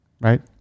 right